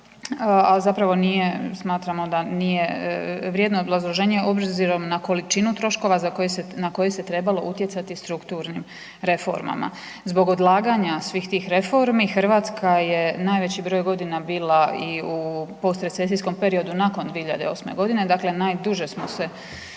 a zapravo nije, smatramo da nije vrijedno obrazloženja obzirom na količinu troškova na koje se trebalo utjecati strukturnim reformama. Zbog odlaganja svih tih reformi, Hrvatska je najveći broj godina bila i u postrecesijskom periodu nakon 2008. g., dakle najduže smo se